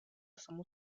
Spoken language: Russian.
само